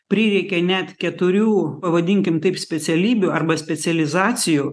prireikė net keturių pavadinkim taip specialybių arba specializacijų